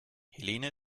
helene